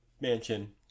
Mansion